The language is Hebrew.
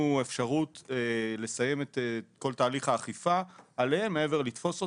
אפשרות לסיים את כל תהליך האכיפה עליהם מעבר לתפוס אותם,